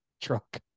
truck